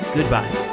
Goodbye